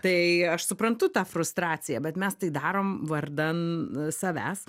tai aš suprantu tą frustraciją bet mes tai darom vardan savęs